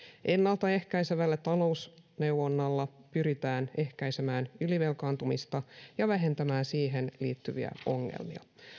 ennalta ehkäisevällä talousneuvonnalla pyritään ehkäisemään ylivelkaantumista ja vähentämään siihen liittyviä ongelmia